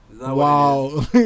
wow